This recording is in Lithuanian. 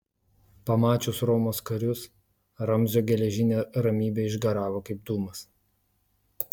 pamačius romos karius ramzio geležinė ramybė išgaravo kaip dūmas